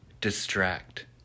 distract